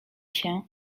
się